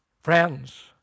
Friends